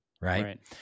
right